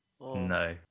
No